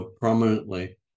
prominently